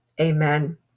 Amen